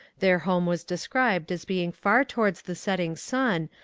their home was described as being far towards the setting sun,